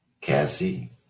Cassie